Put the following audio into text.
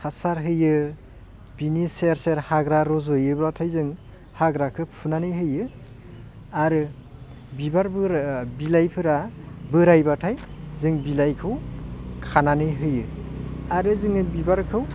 हासार होयो बिनि सेर सेर हाग्रा रज'योब्लाथाय जों हाग्राखो फुनानै होयो आरो बिबार बिलाइफोरा बोरायब्लाथाय जों बिलाइखौ खानानै होयो आरो जोङो बिबारखौ